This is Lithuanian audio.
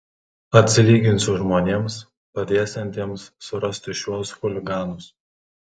atsilyginsiu žmonėms padėsiantiems surasti šiuos chuliganus